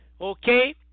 okay